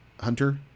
hunter